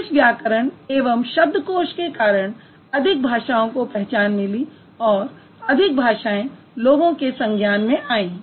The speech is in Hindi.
इस व्याकरण एवं शब्दकोश के कारण अधिक भाषाओं को पहचान मिली और अधिक भाषाएँ लोगों के संज्ञान में आयीं